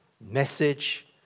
message